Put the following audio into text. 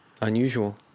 Unusual